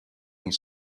his